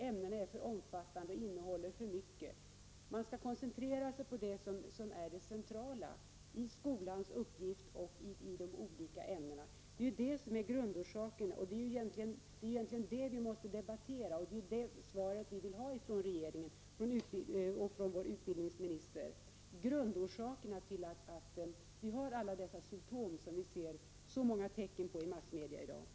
Ämnena är för omfattande och innehåller för mycket. Man skall koncentrera sig på det som är det centrala i de olika ämnena och i skolans uppgift. Det är detta som är grundorsaken till problemen, och det är detta vi måste debattera. Vi vill ha ett svar från regeringen och utbildningsministern. Vilka är de grundläggande orsakerna till att vi har alla dessa symtom som vi ser så många tecken på i massmedia i dag?